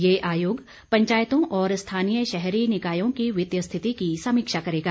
ये आयोग पंचायतों और स्थानीय शहरी निकायों की वित्तीय स्थिति की समीक्षा करेगा